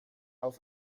auf